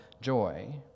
joy